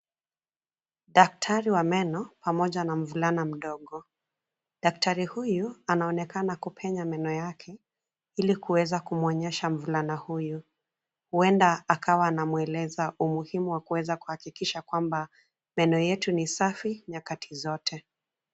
Daktari wa meno pamoja na mvulana mdogo. Daktari huyu anaonekana kupenya meno yake ili kuweza kumwonyesha mvulana huyu, huenda akawa anamweleza umuhimu wa kuweza kuhakikisha kwamba meno yetu ni safi nyakati zote.